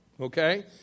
okay